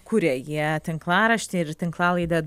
kuria jie tinklaraštį ir tinklalaidę